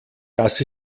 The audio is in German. das